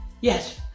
Yes